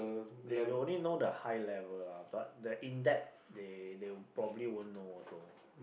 they will only know the high level lah but the in depth they they probably won't know also